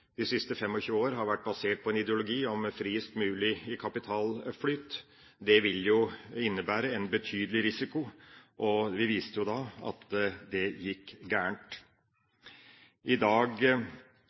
de siste 25 år har vært basert på en ideologi om friest mulig kapitalflyt. Det vil jo innebære en betydelig risiko, og vi vet jo da at det gikk